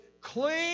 clean